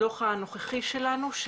בדו"ח הנוכחי שלנו,